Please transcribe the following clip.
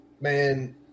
man